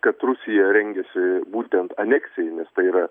kad rusija rengiasi būtent aneksijai nes tai yra